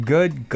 Good